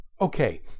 Okay